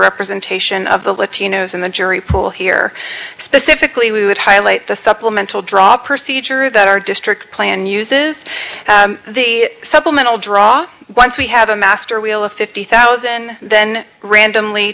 representation of the latino's in the jury pool here specifically we would highlight the supplemental drop percy cerutty that our district plan uses the supplemental draw once we have a master wheel of fifty thousand then randomly